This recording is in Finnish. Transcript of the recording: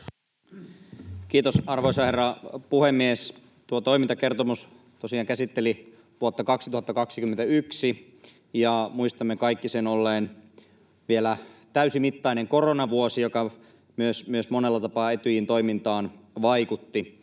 Kiitos, arvoisa herra puhemies! Tuo toimintakertomus tosiaan käsitteli vuotta 2021, ja muistamme kaikki sen olleen vielä täysimittainen koronavuosi, mikä myös monella tapaa Etyjin toimintaan vaikutti.